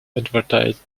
advertised